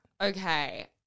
Okay